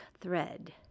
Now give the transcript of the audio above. thread